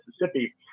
Mississippi